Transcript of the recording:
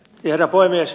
herra puhemies